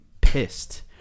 pissed